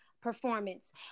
performance